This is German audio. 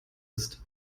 ist